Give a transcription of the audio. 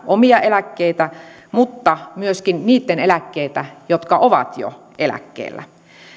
omia eläkkeitä vaan myöskin niitten eläkkeitä jotka ovat jo eläkkeellä